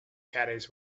caddies